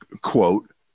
quote